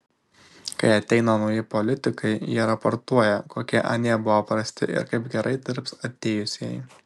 kai ateina nauji politikai jie raportuoja kokie anie buvo prasti ir kaip gerai dirbs atėjusieji